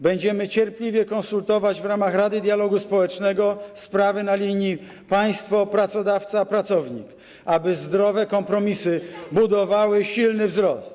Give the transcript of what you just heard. Będziemy cierpliwie konsultować w ramach Rady Dialogu Społecznego sprawy na linii państwo - pracodawca - pracownik, aby zdrowe kompromisy budowały silny wzrost.